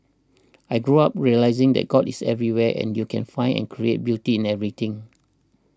I grew up realising that God is everywhere and you can find and create beauty in everything